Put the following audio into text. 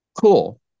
Cool